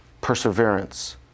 perseverance